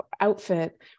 outfit